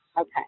Okay